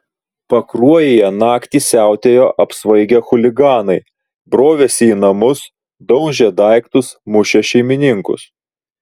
pakruojyje naktį siautėjo apsvaigę chuliganai brovėsi į namus daužė daiktus mušė šeimininkus